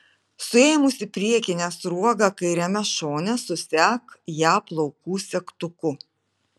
suėmusi priekinę sruogą kairiame šone susek ją plaukų segtuku